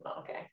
okay